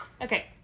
Okay